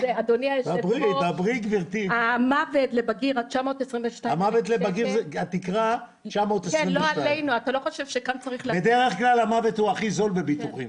התקרה של מוות לבגיר היא 922. בדרך כלל מוות הוא הכי זול בביטוחים.